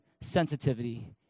sensitivity